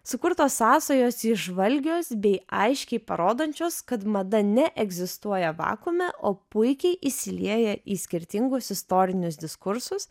sukurtos sąsajos įžvalgios bei aiškiai parodančios kad mada neegzistuoja vakuume o puikiai įsilieja į skirtingus istorinius diskursus